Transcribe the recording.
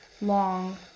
long